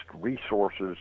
resources